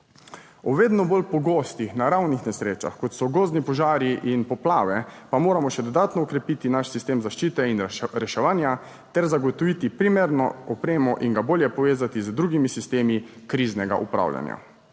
Ob vedno bolj pogostih naravnih nesrečah, kot so gozdni požari in poplave, pa moramo še dodatno okrepiti naš sistem zaščite in reševanja ter zagotoviti primerno opremo in ga bolje povezati z drugimi sistemi kriznega upravljanja,